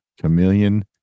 Chameleon